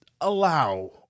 allow